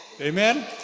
Amen